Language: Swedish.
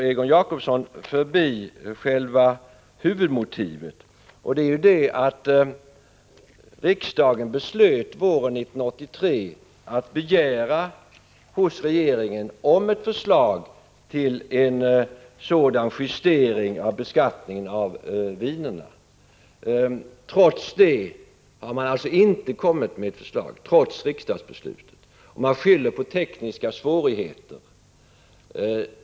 Egon Jacobsson går förbi själva huvudmotivet, nämligen att riksdagen våren 1983 beslöt att hos regeringen begära ett förslag till justering av beskattningen av vinerna. Trots riksdagsbeslutet har regeringen inte kommit med något förslag, och man skyller på tekniska svårigheter.